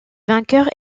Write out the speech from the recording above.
vainqueurs